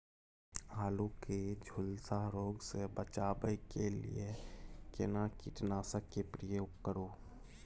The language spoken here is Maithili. आलू के झुलसा रोग से बचाबै के लिए केना कीटनासक के प्रयोग करू